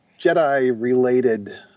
Jedi-related